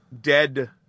dead